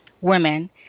women